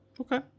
Okay